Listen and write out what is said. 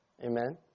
Amen